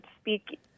speak